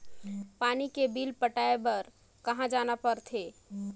पानी के बिल पटाय बार कहा जाना पड़थे?